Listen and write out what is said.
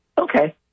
Okay